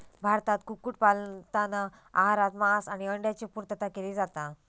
भारतात कुक्कुट पालनातना आहारात मांस आणि अंड्यांची पुर्तता केली जाता